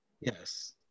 yes